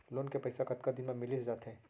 Loan के पइसा कतका दिन मा मिलिस जाथे?